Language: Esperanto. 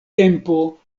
tempo